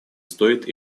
стоит